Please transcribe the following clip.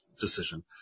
decision